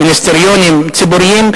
מיניסטריונים ציבוריים,